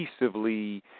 cohesively